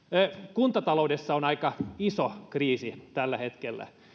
kuntataloudessa on aika iso kriisi tällä hetkellä